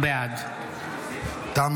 בעד תמה